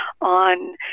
on